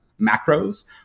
macros